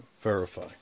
verify